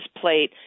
plate